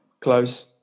Close